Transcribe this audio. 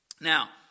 Now